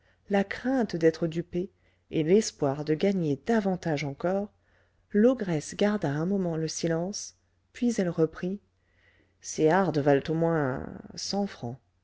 la crainte d'être dupée et l'espoir de gagner davantage encore l'ogresse garda un moment le silence puis elle reprit ses hardes valent au moins cent francs